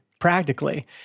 practically